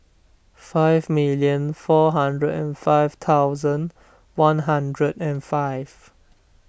five million four hundred and five thousand one hundred and five